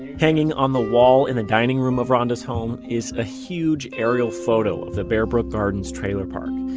hanging on the wall in the dining room of ronda's home, is a huge aerial photo of the bear brook gardens trailer park.